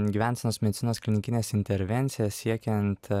gyvensenos medicinos klinikines intervencijas siekiant